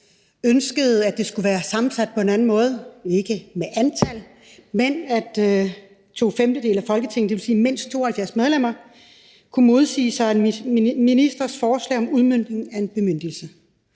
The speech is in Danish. ønskede, at det skulle have været sammensat på en anden måde – ikke med hensyn til antallet, men at to femtedele af Folketinget, dvs. mindst 72 medlemmer, skulle kunne modsige en ministers forslag om udmøntning af en bemyndigelse.